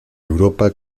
europa